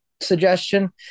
suggestion